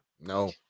no